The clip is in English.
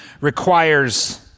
requires